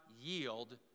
yield